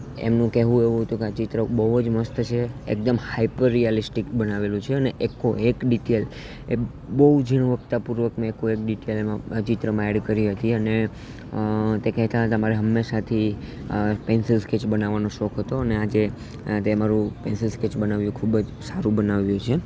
એમનું કહેવું એવું હતું કે આ ચિત્ર બહુ જ મસ્ત છે એકદમ હાઇપર રિયાલિસ્ટિક બનાવેલું છે અને એકે એક ડિટેલ એ બહુ ઝીણવકતાપૂર્વકની એકે એક ડિટેલમાં ચિત્રમાં એડ કરી હતી અને તે કહેતાં હતાં મારે હંમેશાથી પેન્સિલ સ્કેચ બનાવવાનો શોખ હતો અને આજે તે મારું પેન્સિલ સ્કેચ બનાવ્યું ખૂબ જ સારું બનાવ્યું છે